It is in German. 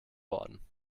worden